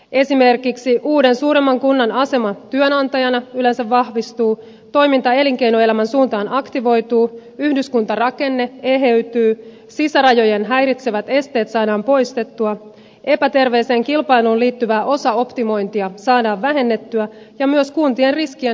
esimerkiksi uuden suuremman kunnan asema työnantajana yleensä vahvistuu toiminta elinkeinoelämän suuntaan aktivoituu yhdyskuntarakenne eheytyy sisärajojen häiritsevät esteet saadaan poistettua epäterveeseen kilpailuun liittyvää osaoptimointia saadaan vähennettyä ja myös kuntien riskien hallinta paranee